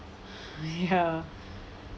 ya